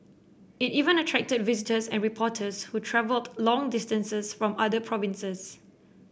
it even attracted visitors and reporters who travelled long distances from other provinces